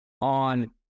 on